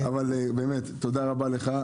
באמת תודה רבה לך.